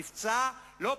מבצע לא פשוט,